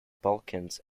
balkans